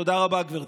תודה רבה, גברתי.